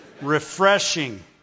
refreshing